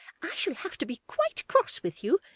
i shall have to be quite cross with you,